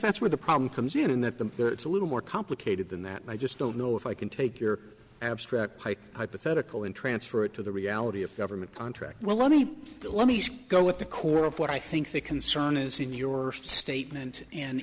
that's where the problem comes in in that the a little more complicated than that and i just don't know if i can take your abstract hypothetical and transfer it to the reality of government contract well let me let me go with the core of what i think the concern is in your statement and